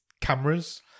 cameras